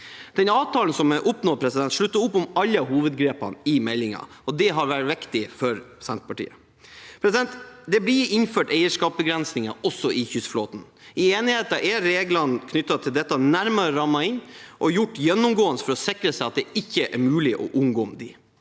Den avtalen som er oppnådd, slutter opp om alle hovedgrepene i meldingen. Det har vært viktig for Senterpartiet. Det blir innført eierskapsbegrensninger også i kystflåten. I enigheten er reglene knyttet til dette nærmere rammet inn og gjort gjennomgående for å sikre at det ikke er mulig å omgå dem.